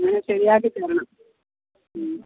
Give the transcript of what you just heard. ശെരിയാക്കി തരണം മ്മ്